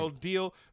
deal